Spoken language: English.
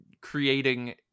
creating